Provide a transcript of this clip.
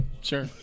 sure